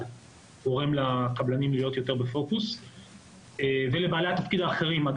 גורם לקבלנים ולבעלי התפקיד האחרים להיות יותר בפוקוס.